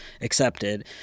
accepted